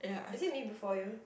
is it Me Before You